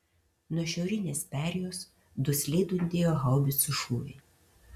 nuo šiaurinės perėjos dusliai dundėjo haubicų šūviai